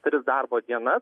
tris darbo dienas